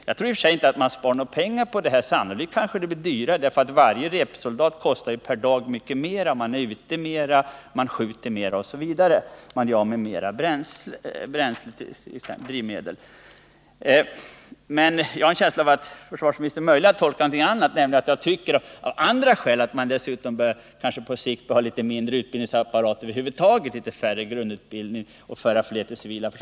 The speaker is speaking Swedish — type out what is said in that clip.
Jag tror i och för sig inte att man skulle spara några pengar på det sättet. Det blir sannolikt dyrare, för varje repsoldat kostar per dag mycket mer än en rekryt i grundutbildning — man är ute i fält mera, man skjuter mera, man gör av med mera drivmedel, osv. Jag har en känsla av att försvarsministern kanske har tänkt på något annat, nämligen att jag tycker av andra skäl att man på sikt bör ha mindre utbildningsapparat över huvud taget och färre i grundutbildning.